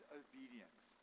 obedience